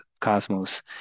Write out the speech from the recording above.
Cosmos